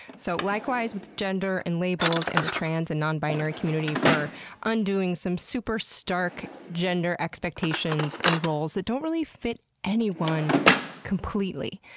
so likewise with gender, and labels, and the trans and non binary community for undoing some super stark gender expectations and roles that don't really fit anyone completely.